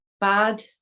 bad